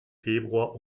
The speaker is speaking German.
februar